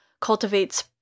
cultivates